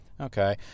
Okay